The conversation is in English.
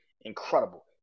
incredible